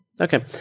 Okay